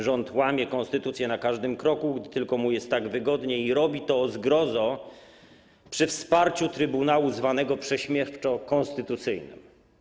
Rząd łamie konstytucję na każdym kroku, gdy tylko tak mu jest wygodnie, i robi to, o zgrozo, przy wsparciu trybunału zwanego prześmiewczo konstytucyjnym.